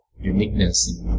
uniqueness